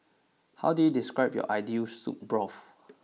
how do you describe your ideal soup broth